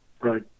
Right